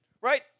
right